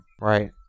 Right